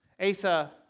Asa